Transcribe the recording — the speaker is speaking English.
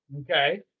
okay